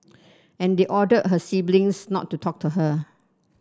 and they ordered her siblings not to talk to her